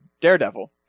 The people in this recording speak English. daredevil